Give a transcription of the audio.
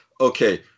Okay